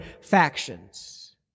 factions